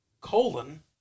colon